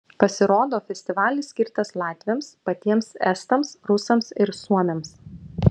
pasirodo festivalis skirtas latviams patiems estams rusams ir suomiams